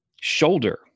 shoulder